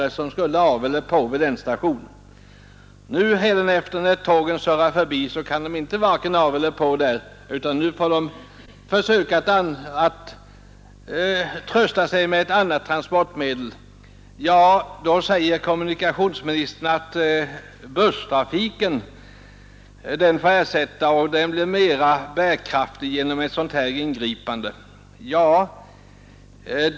Eftersom tågen i fortsättningen far förbi denna station, kommer dessa personer inte vare sig att gå av eller på där utan de får försöka trösta sig med ett annat transportmedel. Kommunikationsministern säger nu att busstrafiken får ersätta järnvägen och att den blir mer bärkraftig genom ett ingripande av ifrågavarande slag.